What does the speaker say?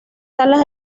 salas